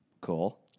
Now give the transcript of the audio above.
Cool